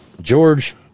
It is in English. George